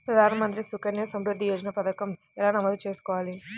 ప్రధాన మంత్రి సుకన్య సంవృద్ధి యోజన పథకం ఎలా నమోదు చేసుకోవాలీ?